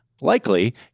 likely